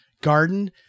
garden